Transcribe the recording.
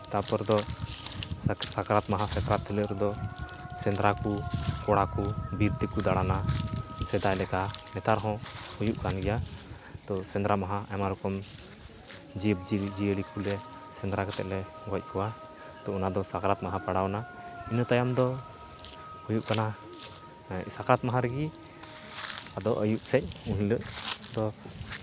ᱛᱟᱨᱯᱚᱨ ᱫᱚ ᱥᱟᱠᱨᱟᱛ ᱢᱟᱦᱟ ᱥᱟᱠᱨᱟᱛ ᱦᱤᱞᱳᱜ ᱨᱮᱫᱚ ᱥᱮᱸᱫᱽᱨᱟ ᱠᱚ ᱠᱚᱲᱟ ᱠᱚ ᱵᱤᱨ ᱛᱮᱠᱚ ᱫᱟᱬᱟᱱᱟ ᱥᱮᱫᱟᱭ ᱞᱮᱠᱟ ᱱᱮᱛᱟᱨ ᱦᱚᱸ ᱦᱩᱭᱩᱜ ᱠᱟᱱ ᱜᱮᱭᱟ ᱛᱳ ᱥᱮᱸᱫᱽᱨᱟ ᱢᱟᱦᱟ ᱟᱭᱢᱟ ᱨᱚᱠᱚᱢ ᱡᱤᱵᱽᱼᱡᱤᱭᱟᱹᱞᱤ ᱠᱚᱞᱮ ᱥᱮᱸᱫᱽᱨᱟ ᱠᱟᱛᱮᱫ ᱞᱮ ᱜᱚᱡ ᱠᱚᱣᱟ ᱛᱳ ᱚᱱᱟᱫᱚ ᱥᱟᱠᱨᱟᱛ ᱢᱟᱦᱟ ᱯᱟᱲᱟᱣᱱᱟ ᱤᱱᱟᱹ ᱛᱟᱭᱚᱢ ᱫᱚ ᱦᱩᱭᱩᱜ ᱠᱟᱱᱟ ᱥᱟᱠᱨᱟᱛ ᱢᱟᱦᱟ ᱨᱮᱜᱮ ᱟᱫᱚ ᱟᱹᱭᱩᱵᱽ ᱥᱮᱫ ᱮᱱᱦᱤᱞᱳᱜ ᱫᱚ